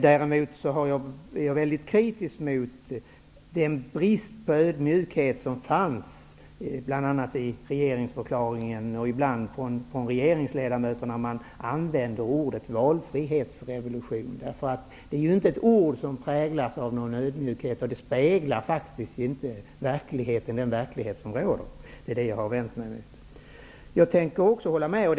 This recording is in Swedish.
Däremot är jag kritisk mot den brist på ödmjukhet som bl.a. fanns i regeringsförklaringen och ibland finns hos regeringsmedlemmarna. Man använder ordet valfrihetsrevolution. Det är ju inte ett ord som präglas av någon ödmjukhet, och det speglar faktiskt inte den verklighet som råder. Det är detta som jag har vänt mig emot.